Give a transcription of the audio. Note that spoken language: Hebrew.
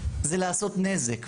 זה לעשות נזק.